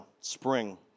spring